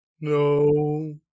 No